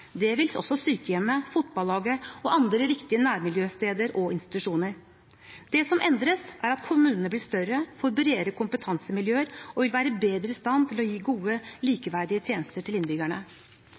Det vil også sykehjemmet, fotballaget og andre viktige nærmiljøsteder og -institusjoner. Det som endres, er at kommunene blir større, får bredere kompetansemiljøer og vil være bedre i stand til å gi gode,